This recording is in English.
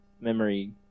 memory